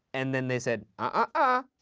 and then they said ah,